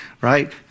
right